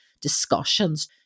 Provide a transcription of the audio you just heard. discussions